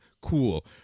cool